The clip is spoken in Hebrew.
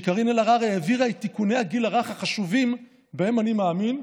שקארין אלהרר העבירה את תיקוני הגיל הרך החשובים שבהם אני מאמין,